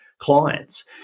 clients